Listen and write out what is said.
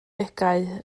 degau